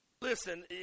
Listen